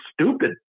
stupid